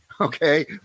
Okay